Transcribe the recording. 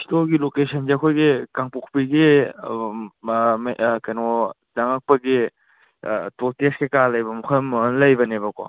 ꯏꯁꯇꯣꯔꯒꯤ ꯂꯣꯀꯦꯁꯟꯁꯦ ꯑꯩꯈꯣꯏꯒꯤ ꯀꯥꯡꯄꯣꯛꯄꯤꯒꯤ ꯀꯩꯅꯣ ꯆꯪꯉꯛꯄꯒꯤ ꯇꯣꯜ ꯇꯦꯛꯁ ꯀꯩꯀꯥ ꯂꯩꯕ ꯃꯐꯝ ꯑꯃ ꯂꯩꯕꯅꯦꯕꯀꯣ